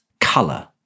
colour